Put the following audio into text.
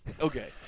Okay